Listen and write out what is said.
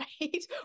right